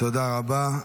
תודה רבה.